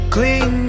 Clean